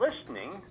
listening